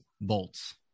bolts